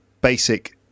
basic